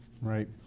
Right